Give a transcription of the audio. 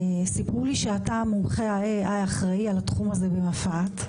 סיפרו לי שאתה מומחה ואחראי על תחום ה- AIבמפא"ת,